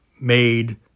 made